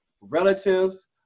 relatives